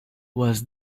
was